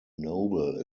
noble